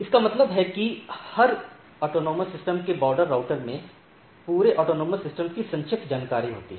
इसका मतलब है कि हर स्वायत्त प्रणाली के बॉर्डर राउटर में पूरे स्वायत्त सिस्टम की संक्षिप्त जानकारी होती है